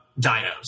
Dinos